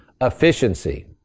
efficiency